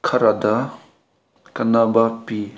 ꯈꯔꯗ ꯀꯥꯟꯅꯕ ꯄꯤ